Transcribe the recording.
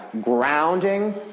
grounding